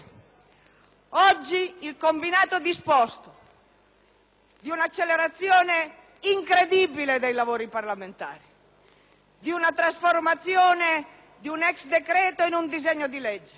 Oggi il combinato disposto di un'accelerazione incredibile dei lavori parlamentari e della trasformazione di un decreto-legge in un disegno di legge,